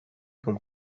con